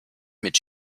mit